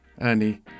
Ernie